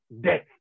death